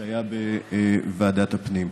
שהיה בוועדת הפנים.